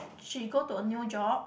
she go to a new job